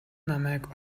намайг